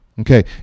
Okay